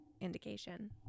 indication